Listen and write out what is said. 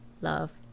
love